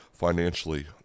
financially